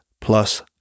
plus